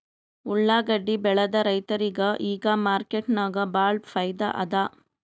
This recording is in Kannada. ಉಳ್ಳಾಗಡ್ಡಿ ಬೆಳದ ರೈತರಿಗ ಈಗ ಮಾರ್ಕೆಟ್ನಾಗ್ ಭಾಳ್ ಫೈದಾ ಅದಾ